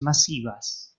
masivas